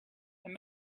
and